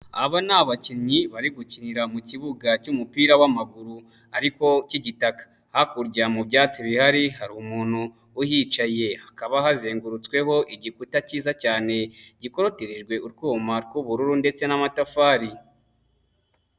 Aba ni abakinnyi bari gukinira mu kibuga cy'umupira w'amaguru ariko k'igitaka, hakurya mu byatsi bihari hari umuntu uhicaye hakaba hazengurutsweho igikuta kiza cyane gikorotirijwe utwuma tw'ubururu ndetse n'amatafari.